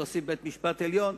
להוסיף את בית-המשפט העליון.